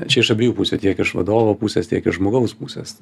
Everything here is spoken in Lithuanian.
čia iš abiejų pusių tiek iš vadovo pusės tiek iš žmogaus pusės